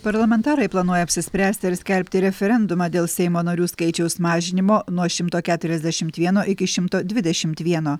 parlamentarai planuoja apsispręsti ar skelbti referendumą dėl seimo narių skaičiaus mažinimo nuo šimto keturiasdešimt vieno iki šimto dvidešimt vieno